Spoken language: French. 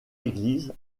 église